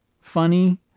funny